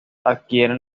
adquieren